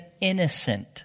innocent